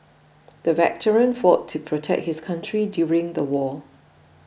the veteran fought to protect his country during the war